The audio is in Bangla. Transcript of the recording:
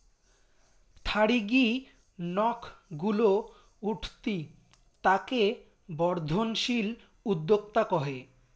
থারিগী নক গুলো উঠতি তাকে বর্ধনশীল উদ্যোক্তা কহে